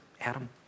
Adam